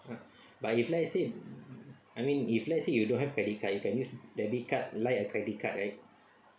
but if let's say I mean if let's say you don't have credit card you can use debit card like a credit card right